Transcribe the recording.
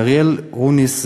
לאריאל רוניס,